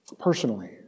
personally